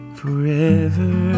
forever